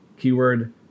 Keyword